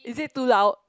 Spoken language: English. is it too loud